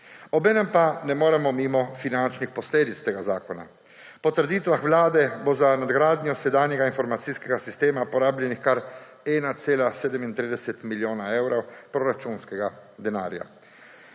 Obenem pa ne moremo mimo finančnih posledic tega zakona. Po trditvah Vlade bo za nadgradnjo sedanjega informacijskega sistema porabljenih kar 1,37 milijona evrov proračunskega denarja.